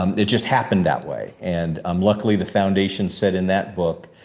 um it just happened that way. and um luckily the foundation said in that book,